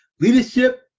leadership